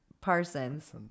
Parsons